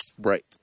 Right